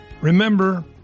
Remember